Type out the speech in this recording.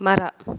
ಮರ